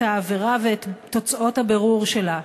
את העבירה ואת תוצאות הבירור שלה.